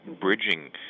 bridging